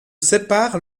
sépare